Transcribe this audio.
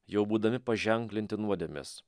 jau būdami paženklinti nuodėmės